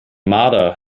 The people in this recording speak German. marder